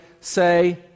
say